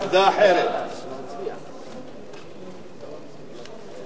עמדה אחרת, עמדה אחרת.